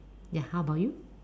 ya how about you